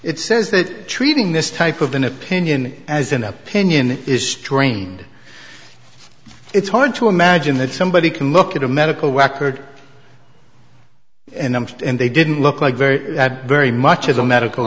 it says that treating this type of an opinion as an opinion is strained it's hard to imagine that somebody can look at a medical record and they didn't look like very very much of the medical